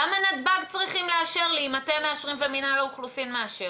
למה נתב"ג צריכים לאשר לי אם אתם מאשרים ומינהל האוכלוסין מאשר?